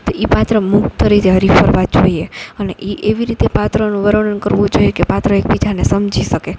તો ઈ પાત્ર મુક્ત રીતે હરિ ફરવા જોઈએ અને ઈ એવી રીતે પાત્રનું વર્ણન કરવું જોઈએ કે પાત્ર એકબીજાને સમજી સકે